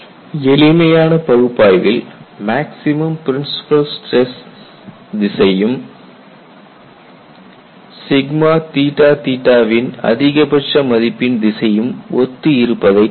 எளிமையான பகுப்பாய்வில் maximum principal stress திசையும் வின் அதிகபட்ச மதிப்பின் திசையும் ஒத்து இருப்பதைக் காணலாம்